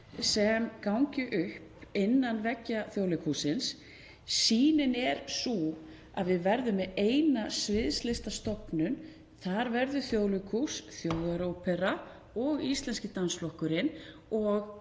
sem gangi upp innan veggja Þjóðleikhússins. Sýnin er sú að við verðum með eina sviðslistastofnun. Þar verður Þjóðleikhús, Þjóðarópera og Íslenski dansflokkurinn og